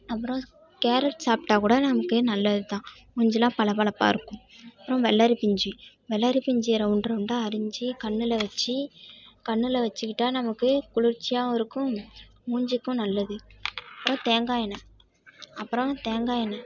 அப்புறம் கேரட் சாப்பிட்டா கூட நமக்கு நல்லது தான் மூஞ்சிலாம் பளபளப்பாக இருக்கும் அப்புறம் வெள்ளரி பிஞ்சு வெள்ளரி பிஞ்சியை ரௌண்ட் ரௌண்டாக அரிஞ்சு கண்ணில் வச்சு கண்ணில் வச்சுக்கிட்டால் நமக்கு குளிர்ச்சியாகவும் இருக்கும் மூஞ்சிக்கும் நல்லது அப்புறம் தேங்காய் எண்ணெய் அப்புறம் தேங்காய் எண்ணெய்